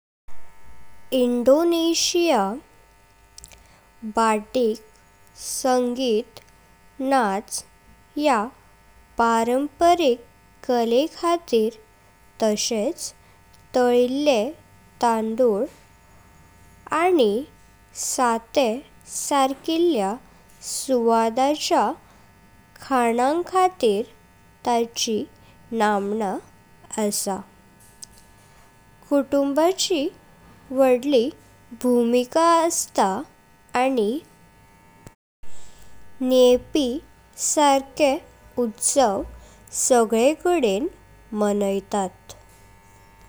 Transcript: Indonesia बारिक संगीत नाच ह्या पारंपरिक कले खातीर तसेच तळ्लिले तांदूळ आनी साते सर्किल्ल्या स्वादाचा खाना'खातीर ताची नमणा असा। कुटुंबाची वाढली भूमिका अस्तां आनी न्येपी सर्के उत्सव सगळेंकडेन मनायतात।